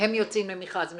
והם יוצאים למכרז משותף.